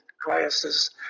classes